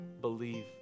Believe